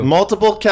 Multiple